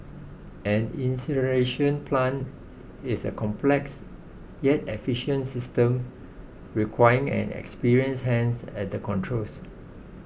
an incineration plant is a complex yet efficient system requiring an experienced hands at the controls